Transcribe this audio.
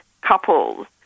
couples